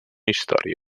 història